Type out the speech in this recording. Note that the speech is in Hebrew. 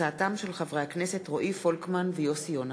הצעותיהם של חברי הכנסת רועי פולקמן ויוסי יונה.